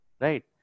right